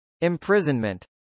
Imprisonment